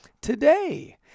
today